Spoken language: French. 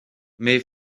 mais